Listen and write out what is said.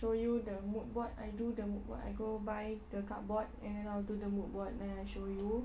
show you the mood board I do the mood board I go buy the cardboard and then I'll do the mood board then I show you